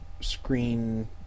screen